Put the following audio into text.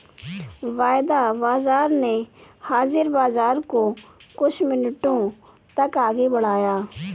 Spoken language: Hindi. वायदा बाजार ने हाजिर बाजार को कुछ मिनटों तक आगे बढ़ाया